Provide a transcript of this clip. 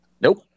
Nope